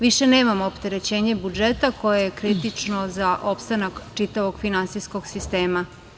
Više nemamo opterećenje budžeta koje je kritično za opstanak čitavog finansijskog sistema.